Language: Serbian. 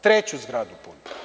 Treću zgradu puni.